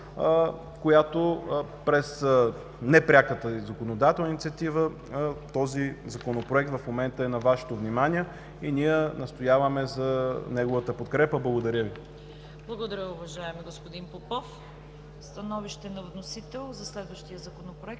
през непряката й законодателна инициатива. Този Законопроект в момента е на Вашето внимание, и ние настояваме за неговата подкрепа. Благодаря Ви. ПРЕДСЕДАТЕЛ ЦВЕТА КАРАЯНЧЕВА: Благодаря, уважаеми господин Попов. Становище на вносител за следващия Законопроект?